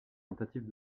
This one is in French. tentatives